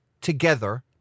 together